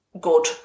good